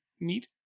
neat